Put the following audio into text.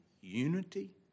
unity